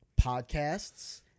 podcasts